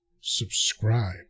subscribe